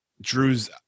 Drew's